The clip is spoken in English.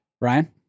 Ryan